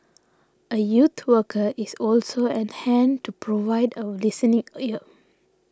a youth worker is also and hand to provide a listening ear